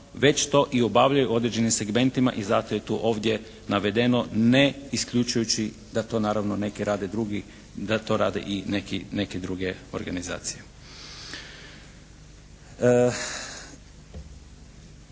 već to i obavljaju u određenim segmentima i zato je to tu ovdje navedeno, ne isključujući da to naravno rade neki drugi, da to rade i neke druge organizacije.